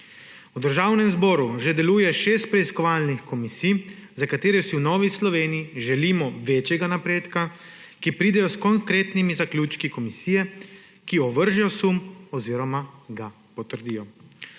V Državnem zboru že deluje 6 preiskovalnih komisij, za katere si v Novi Sloveniji želimo večjega napredka, ki pridejo s konkretnimi zaključki komisije, ki ovržejo sum oziroma ga potrdijo.